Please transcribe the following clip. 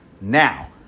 now